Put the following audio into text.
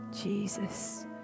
Jesus